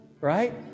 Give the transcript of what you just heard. right